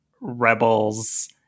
rebels